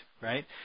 right